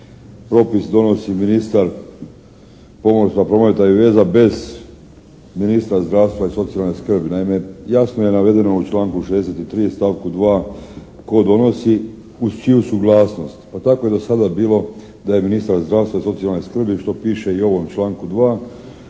propis donosi ministar pomorstva, prometa i veza bez ministra zdravstva i socijalne skrbi. Naime, jasno je navedeno u članku 63. stavku 2. tko donosi uz čiju suglasnost. Pa tako je do sada bilo da je ministar zdravstva i socijalne skrbi što piše i u ovom članku 2.